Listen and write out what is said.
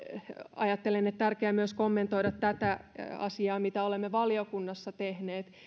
ajattelen että on tärkeää myös kommentoida tätä asiaa mitä olemme valiokunnassa tehneet